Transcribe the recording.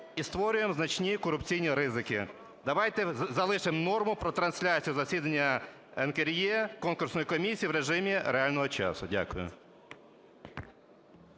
і створюємо значні корупційні ризики. Давайте залишимо норму про трансляцію засідання НКРЕ, конкурсної комісії, в режимі реального часу. Дякую.